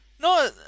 No